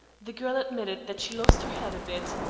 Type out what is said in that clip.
the girl admitted that she lost her head a bit.